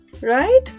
right